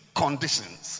conditions